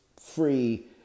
free